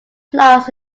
plus